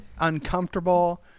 uncomfortable